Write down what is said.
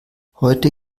heute